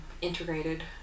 integrated